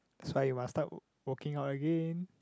that's why you must start work working out again